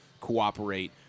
cooperate